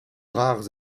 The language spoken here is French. rares